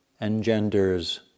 engenders